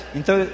então